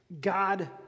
God